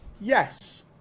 yes